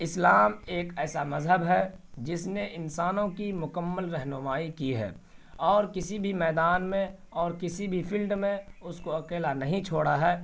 اسلام ایک ایسا مذہب ہے جس نے انسانوں کی مکمل رہنمائی کی ہے اور کسی بھی میدان میں اور کسی بھی فیلڈ میں اس کو اکیلا نہیں چھوڑا ہے